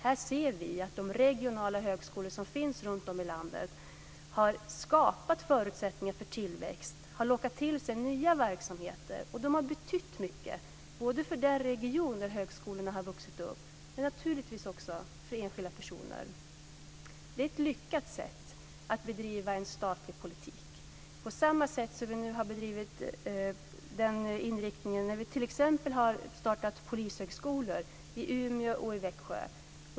Här ser vi att de regionala högskolor som finns runt om i landet har skapat förutsättningar för tillväxt, har lockat till sig nya verksamheter. De har betytt mycket både för den region där högskolorna har vuxit upp och naturligtvis också för enskilda personer. Det är ett lyckat sätt att bedriva statlig politik. På samma sätt har vi drivit den inriktningen när vi t.ex. har startat polishögskolor i Umeå och i Växjö.